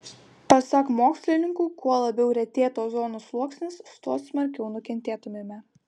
pasak mokslininkų kuo labiau retėtų ozono sluoksnis tuo smarkiau nukentėtumėme